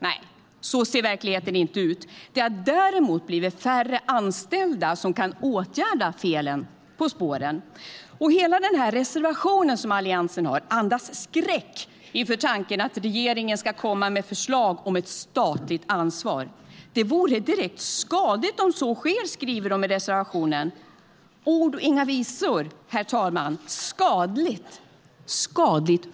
Nej, så ser inte verkligheten ut. Det har däremot blivit färre anställda som kan åtgärda felen på spåren. Hela reservationen som Alliansen har andas skräck inför tanken att regeringen ska komma med ett förslag om ett statligt ansvar. Det vore direkt skadligt om så sker, skriver de i reservationen. Det är ord och inga visor, herr talman! För vilka är det skadligt?